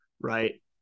right